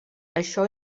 això